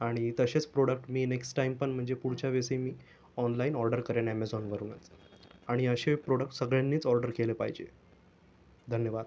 आणि तसेच प्रॉडक्ट मी नेक्स्ट टाईम पण म्हणजे पुढच्या वेळेसही मी ऑनलाईन ऑर्डर करेन ॲमेझॉनवरूनच आणि असे प्रॉडक्ट सगळ्यांनीच ऑर्डर केले पाहिजे धन्यवाद